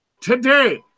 today